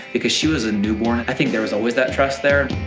because she was a newborn, i think there was always that trust there.